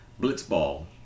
Blitzball